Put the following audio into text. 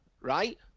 right